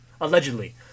Allegedly